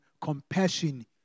compassion